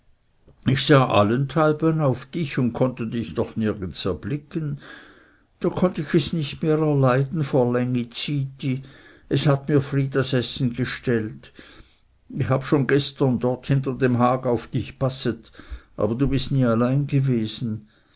ich sah allenthalben auf dich und konnte dich doch nirgends erblicken da konnte ich es nicht mehr erleiden vor längizyti es hat mir fry das essen gestellt ich habe schon gestern dort hinter dem hag auf dich passet aber du bist nie allein gewesen